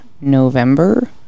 November